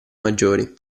maggiori